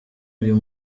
uyu